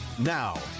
Now